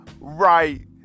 right